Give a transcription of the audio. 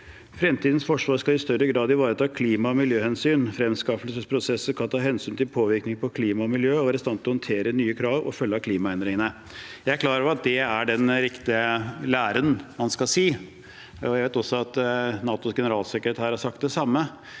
«Fremtidens forsvar skal i større grad ivareta klima- og miljøhensyn. Fremskaffelsesprosesser skal ta hensyn til påvirkning på klima- og miljø, og være i stand til å håndtere nye krav som følge av klimaendringene.» Jeg er klar over at det er den riktige læren man skal si, og jeg vet også at NATOs generalsekretær har sagt det samme,